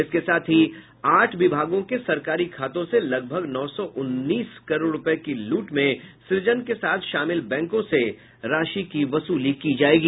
इसके साथ ही आठ विभागों के सरकारी खातों से लगभग नौ सौ उन्नीस करोड़ रूपये की लूट में सृजन के साथ शामिल बैंकों से राशि की वसूली होगी